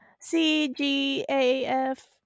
C-G-A-F